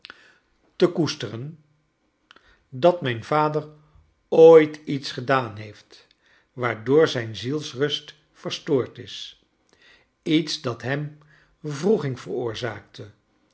te koesteren dat mijn vader ooit iets gedaan heeft waardoor zijn zielsrust verstoord is iets dat hem wroeging veroorzaakte